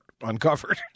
uncovered